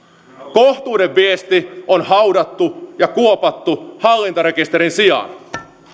kohtuuden viesti on haudattu ja kuopattu hallintarekisterin sijaan